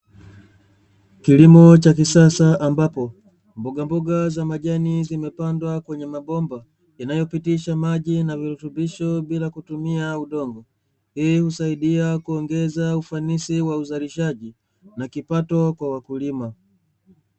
Kilimo cha kisasa ambapo mboga mboga za majani zimepandwa kwenye mabomba yanayopitisha maji na virutubisho bila kutumia udongo. Hii husaidia kuongeza ufanisi wa uzalishaji na kipato kwa wakulima.